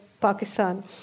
Pakistan